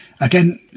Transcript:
again